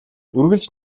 үргэлж